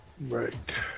Right